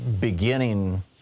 beginning